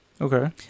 okay